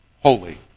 holy